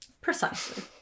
Precisely